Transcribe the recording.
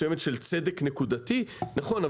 במידה מסוימת של צדק נקודתי נכון,